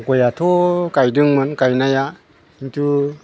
गयाथ' गायदोंमोन गायनाया खिन्थु